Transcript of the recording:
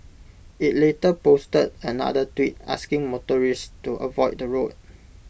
IT later posted another tweet asking motorists to avoid the road